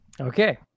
Okay